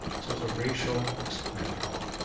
so it's a racial exclusion law.